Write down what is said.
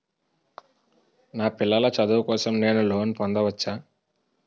నా పిల్లల చదువు కోసం నేను లోన్ పొందవచ్చా?